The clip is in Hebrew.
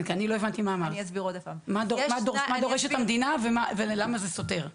מה דורשת המדינה ולמה זה סותר?